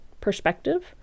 perspective